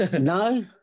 No